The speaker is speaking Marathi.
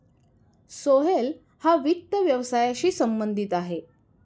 सोहेल हा वित्त व्यवसायाशी संबंधित आहे